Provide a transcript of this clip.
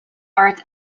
arts